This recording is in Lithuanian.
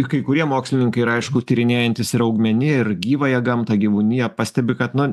kai kurie mokslininkai ir aišku tyrinėjantys ir augmeniją ir gyvąją gamtą gyvūniją pastebi kad na